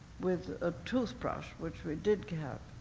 with a toothbrush, which we did keep,